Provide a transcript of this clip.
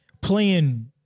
playing